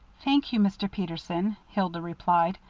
thank you, mr. peterson, hilda replied.